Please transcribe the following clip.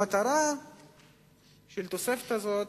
המטרה של התוספת הזאת